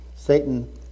Satan